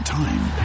time